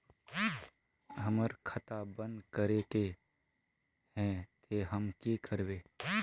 हमर खाता बंद करे के है ते हम की करबे?